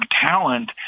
talent